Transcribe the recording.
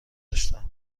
داشتم